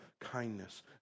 kindness